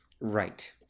Right